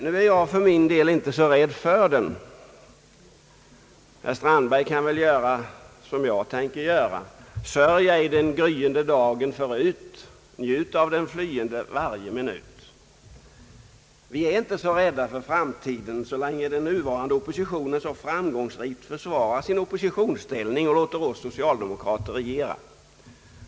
Jag är för min del inte så rädd för framtiden, och herr Strandberg borde väl kunna resonera som jag: Sörj ej den gryende dagen förut, njut av den flyende varje minut! Jag är inte rädd för framtiden, så länge den nuvarande oppositionen så framgångsrikt försvarar sin oppositionsställning och låter oss socialdemokrater regera.